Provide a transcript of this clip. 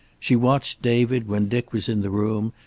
she watched david when dick was in the room,